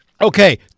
okay